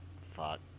Fuck